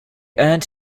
earned